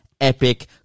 epic